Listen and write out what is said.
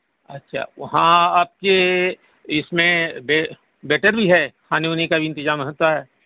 اچھا وہاں آپ کے اس میں بیٹر بھی ہے کھانے وانے کا بھی انتظام ہوتا ہے